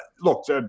look